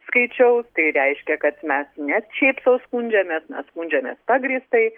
skaičiaus tai reiškia kad mes ne šiaip sau skundžiamės mes skundžiamės pagrįstai